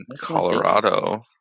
Colorado